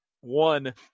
one